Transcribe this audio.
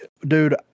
Dude